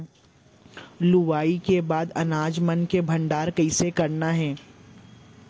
लुवाई के बाद अनाज मन के भंडारण कईसे करन?